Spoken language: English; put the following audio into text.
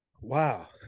Wow